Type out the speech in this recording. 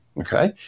okay